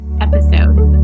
episode